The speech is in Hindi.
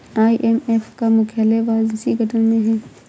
आई.एम.एफ का मुख्यालय वाशिंगटन में है